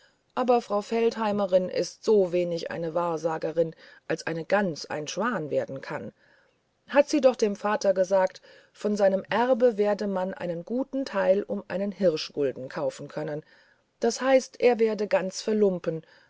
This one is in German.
aber frau feldheimerin ist sowenig eine wahrsagerin als eine gans ein schwan werden kann hat sie doch dem vater gesagt von seinem erbe werde man einen guten teil um einen hirschgulden kaufen können das heißt er werde ganz verlumpen